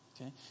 Okay